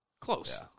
Close